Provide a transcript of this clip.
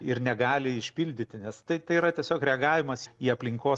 ir negali išpildyti nes tai tai yra tiesiog reagavimas į aplinkos